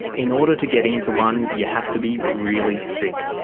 in order to get into one you have to be really sick.